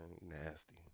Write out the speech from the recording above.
nasty